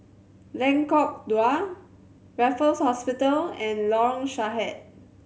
Lengkok Dua Raffles Hospital and Lorong Sahad